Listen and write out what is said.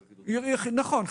נכון.